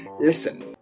listen